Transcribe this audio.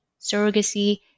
surrogacy